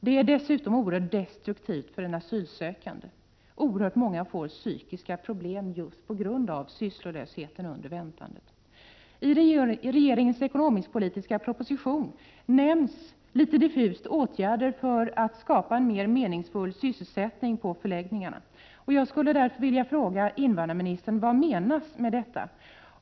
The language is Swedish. Det är dessutom oerhört destruktivt för en asylsökande, och många får psykiska problem just på grund av sysslolösheten under väntetiden. I regeringens ekonomisk-politiska proposition nämns, litet diffust, åtgärder för att skapa en mer meningsfull sysselsättning på förläggningarna. Jag skulle därför vilja fråga invandrarministern vad som menas med detta.